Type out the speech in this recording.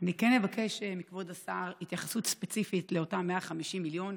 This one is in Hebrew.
אני כן אבקש מכבוד השר התייחסות ספציפית לאותם 150 מיליון.